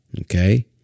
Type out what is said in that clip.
Okay